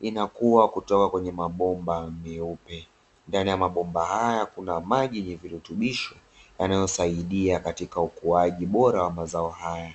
inakuwa kutoka kwenye mabomba meupe. Ndani ya mabomba haya kuna maji yenye virutubisho yanayosaidia katika ukuaji bora wa mazao haya.